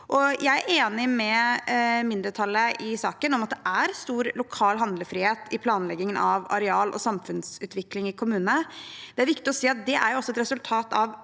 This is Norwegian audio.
Jeg er enig med mindretallet i saken om at det er stor lokal handlefrihet i planleggingen av areal- og samfunnsutvikling i kommunene. Det er viktig å si at det jo også er et resultat av